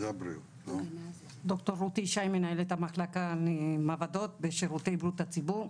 אני מנהלת המחלקה למעבדות בשירותי בריאות הציבור.